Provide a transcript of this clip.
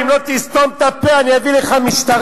אם לא תסתום את הפה אני אביא לך משטרה,